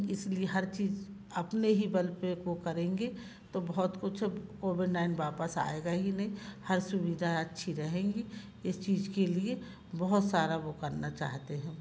इसलिए हर चीज़ अपने ही बल पे वो करेंगे तो बहुत कुछ कोविड नाइन वापस आएगा ही नहीं हर सुविधाए अच्छी रहेंगी इस चीज़ के लिए बहुत सारा वो करना चाहते हैं